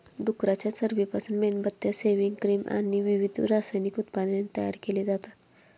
डुकराच्या चरबीपासून मेणबत्त्या, सेव्हिंग क्रीम आणि विविध रासायनिक उत्पादने तयार केली जातात